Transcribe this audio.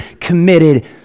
committed